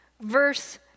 verse